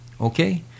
okay